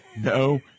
no